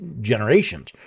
generations